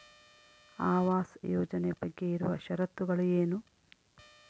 ಆವಾಸ್ ಯೋಜನೆ ಬಗ್ಗೆ ಇರುವ ಶರತ್ತುಗಳು ಏನು?